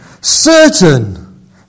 certain